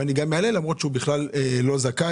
ואני גם אעלה למרות שהוא בכלל לא זכאי,